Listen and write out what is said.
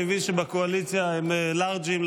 אני מבין שבקואליציה הם לארג'ים,